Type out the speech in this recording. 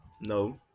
No